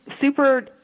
super